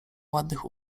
ładnych